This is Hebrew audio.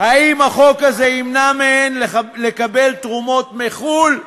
האם החוק הזה ימנע מהן לקבל תרומות מחו"ל?